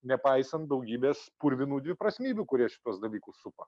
nepaisant daugybės purvinų dviprasmybių kurie šituos dalykus supa